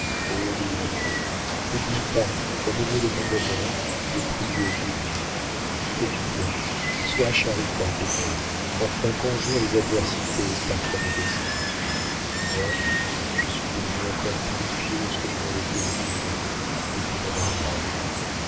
louise n'oublie pas au milieu de ton bonheur de prier dieu fais du bien sois charitable et bonne enfin conjure les adversités par ta modestie moi je suis devenue encore plus pieuse que je ne l'étais au couvent depuis mon mariage